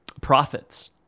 profits